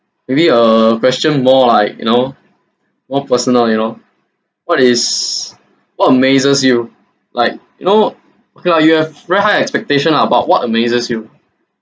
maybe a question more like you know more personal you know what is what amazes you like you know okay lah you have very high expectation ah about what amazes you